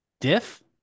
Diff